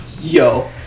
yo